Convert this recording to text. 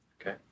Okay